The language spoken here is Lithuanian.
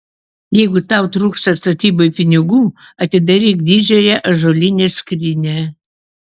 jeigu tau trūksta statybai pinigų atidaryk didžiąją ąžuolinę skrynią